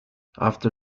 after